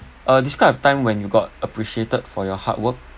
uh describe a time when you got appreciated for your hard work